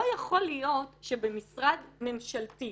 לא יכול להיות שבמשרד ממשלתי,